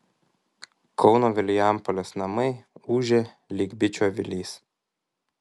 kauno vilijampolės namai ūžia lyg bičių avilys